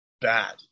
bad